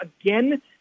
again